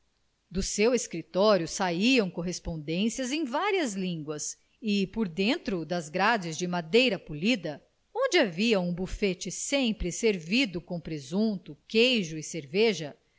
do seu escritório saiam correspondências em várias línguas e por dentro das grades de madeira polida onde havia um bufete sempre servido com presunto queijo e cerveja